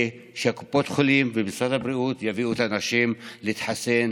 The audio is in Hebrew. שקופות החולים ומשרד הבריאות יביאו את האנשים להתחסן.